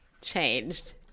changed